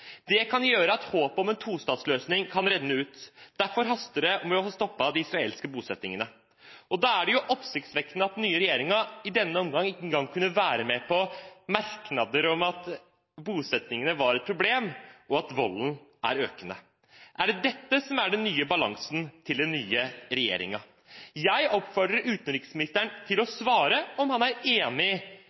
Det kan gjøre at håpet om en tostatsløsning kan renne ut. Derfor haster det med å få stoppet de israelske bosettingene. Da er det oppsiktsvekkende at den nye regjeringen i denne omgang ikke engang kunne være med på merknader om at bosettingene er et problem, og at volden er økende. Er det dette som er den nye balansen til den nye regjeringen? Jeg oppfordrer utenriksministeren til å svare på om han er enig